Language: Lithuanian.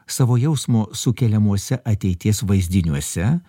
savo jausmo sukeliamuose ateities vaizdiniuose